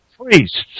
priests